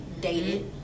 dated